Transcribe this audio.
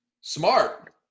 smart